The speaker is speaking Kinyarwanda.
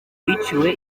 wiciwe